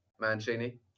Mancini